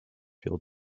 field